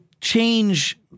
change